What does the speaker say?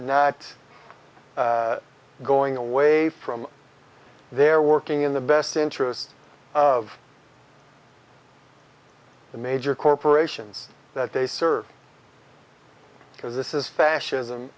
at going away from there working in the best interest of the major corporations that they serve because this is fascism